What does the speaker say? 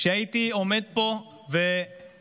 שהייתי עומד פה בשמחה,